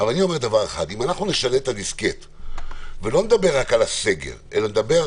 אם נשנה את החשיבה ולא נדבר רק על סגר אלא נדבר,